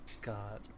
god